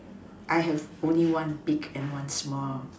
I have only one big and one small